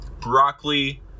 broccoli